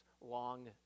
long